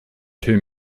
two